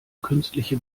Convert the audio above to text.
künstliche